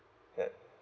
ya